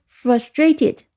frustrated